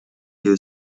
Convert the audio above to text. you